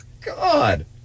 God